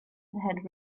had